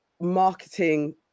marketing